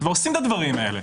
ועושים את הדברים האלה.